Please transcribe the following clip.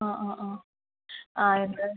ആ ആ ആ ആ ഇത്